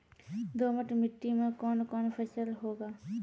दोमट मिट्टी मे कौन कौन फसल होगा?